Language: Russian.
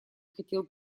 хотел